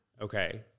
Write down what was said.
okay